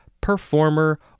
performer